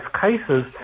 cases